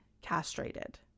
castrated